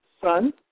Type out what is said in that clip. son